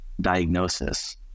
diagnosis